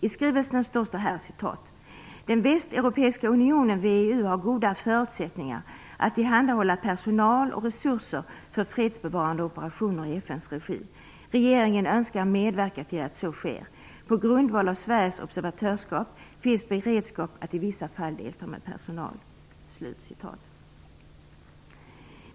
I skrivelsen står det: Den Västeuropeiska unionen VEU har goda förutsättningar att tillhandahålla personal och resurser för fredsbevarande operationer i FN:s regi. Regeringen önskar medverka till att så sker. På grundval av Sveriges observatörsskap finns beredskap att i vissa fall delta med personal.